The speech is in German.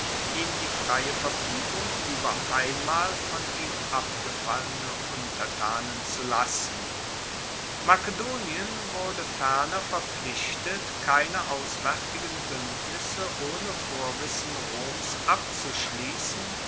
ihm die freie verfuegung ueber einmal von ihm abgefallene untertanen zu lassen makedonien wurde ferner verpflichtet keine auswaertigen buendnisse ohne vorwissen roms abzuschliessen